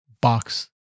box